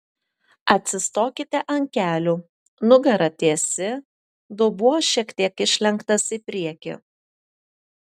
atsistokite ant kelių nugara tiesi dubuo šiek tiek išlenktas į priekį